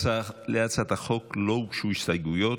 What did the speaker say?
להצעת החוק לא הוגשו הסתייגויות.